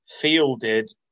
fielded